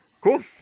Cool